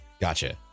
gotcha